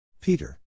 Peter